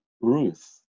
Ruth